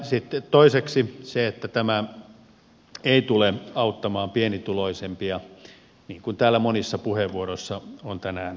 sitten toiseksi tämä ei tule auttamaan pienituloisempia niin kuin täällä monissa puheenvuoroissa on tänään todettu